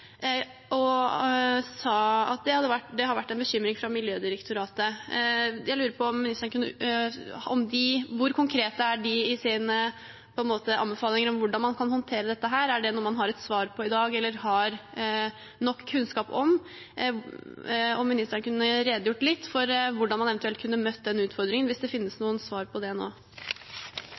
hvor konkrete de er i sine anbefalinger om hvordan man kan håndtere dette. Er det noe man har et svar på eller har nok kunnskap om i dag? Kan ministeren redegjøre litt for hvordan en eventuelt kunne møte den utfordringen – hvis det finnes noe svar på det nå?